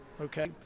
okay